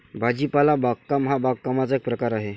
भाजीपाला बागकाम हा बागकामाचा एक प्रकार आहे